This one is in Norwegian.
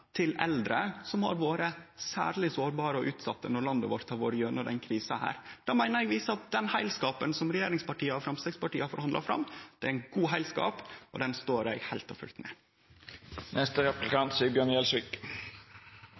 til eldre, som har vore særleg sårbare og utsette når landet vårt har vore gjennom denne krisa. Det meiner eg viser at den heilskapen som regjeringspartia og Framstegspartiet har forhandla fram, er ein god heilskap, og den står eg fullt og